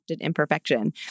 imperfection